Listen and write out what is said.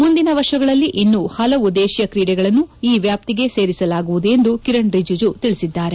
ಮುಂದಿನ ವರ್ಷಗಳಲ್ಲಿ ಇನ್ನೂ ಹಲವು ದೇಶಿಯ ಕ್ರೀಡೆಗಳನ್ನು ಈ ವ್ಯಾಪ್ತಿಗೆ ಸೇರಿಸಲಾಗುವುದು ಎಂದು ಕಿರಣ್ ರಿಜುಜು ತಿಳಿಸಿದ್ದಾರೆ